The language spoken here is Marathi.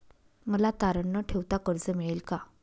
मला तारण न ठेवता कर्ज मिळेल का?